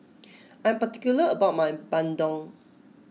I am particular about my Bandung